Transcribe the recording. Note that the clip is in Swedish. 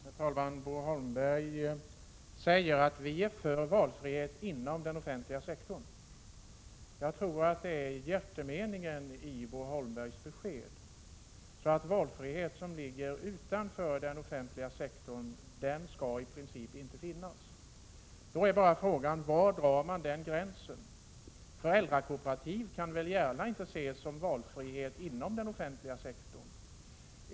Herr talman! Bo Holmberg säger: Vi är för valfrihet inom den offentliga sektorn. Jag tror att det är hjärtemeningen i Bo Holmbergs besked. Valfrihet som ligger utanför den offentliga sektorn skall i princip inte få finnas. Då vill jag fråga: Var drar man gränsen? Föräldrakooperativ kan väl inte gärna ses som exempel på valfrihet inom den offentliga sektorn.